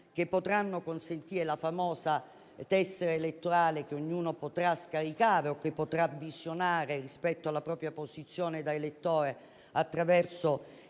che possano consentire l'emissione della famosa tessera elettorale, che ognuno potrà scaricare o che potrà visionare rispetto alla propria posizione da elettore attraverso